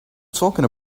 talking